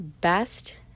best